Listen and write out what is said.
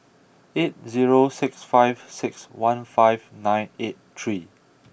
eight zero six five six one five nine eight three